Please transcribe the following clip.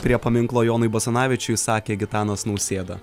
prie paminklo jonui basanavičiui sakė gitanas nausėda